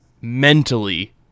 mentally